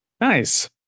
Nice